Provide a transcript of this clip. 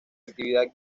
actividad